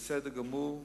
בסדר גמור,